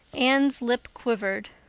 anne's lips quivered.